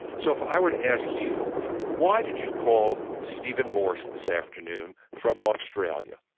so if i were to ask you why did you call stephen morse this afternoon from australia?